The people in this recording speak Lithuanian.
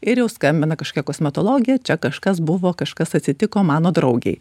ir jau skambina kažkokia kosmetologė čia kažkas buvo kažkas atsitiko mano draugei